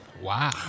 Wow